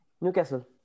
Newcastle